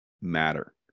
matter